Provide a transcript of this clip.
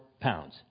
pounds